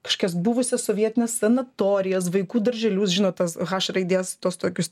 kažkokias buvusias sovietines sanatorijas vaikų darželius žinot tas haš raidės tuos tokius